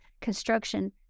construction